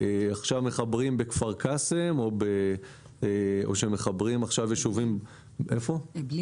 עכשיו מחברים בכפר קאסם או ישובים אחרים.